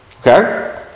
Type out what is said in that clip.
Okay